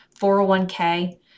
401k